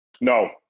No